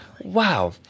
wow